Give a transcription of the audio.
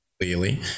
clearly